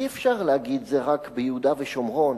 אי-אפשר להגיד זה רק ביהודה ושומרון.